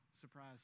Surprise